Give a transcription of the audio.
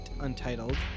Untitled